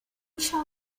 shall